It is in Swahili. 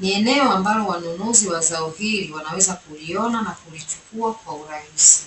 ni eneo ambalo wanunuzi wa zao hili wanaweza kuliona na kulichukua kwa urahisi.